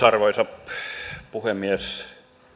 arvoisa puhemies